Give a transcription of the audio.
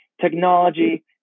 technology